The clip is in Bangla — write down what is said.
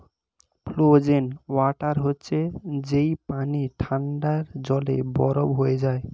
ফ্রোজেন ওয়াটার হচ্ছে যেই পানি ঠান্ডায় জমে বরফ হয়ে যায়